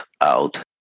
out